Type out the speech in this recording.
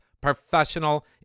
professional